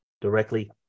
directly